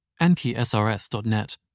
AnkiSRS.net